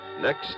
next